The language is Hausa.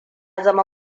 zama